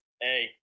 hey